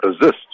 resist